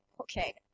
okay